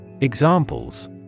Examples